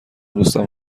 دوستم